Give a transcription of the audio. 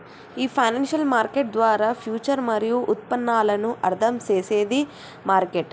ఈ financial market ద్వారా future మరియు ఉత్పన్నాలను అర్థం చేసేది మార్కెట్